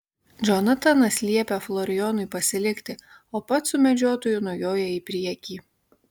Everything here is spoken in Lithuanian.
džonatanas liepia florijonui pasilikti o pats su medžiotoju nujoja į priekį